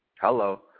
Hello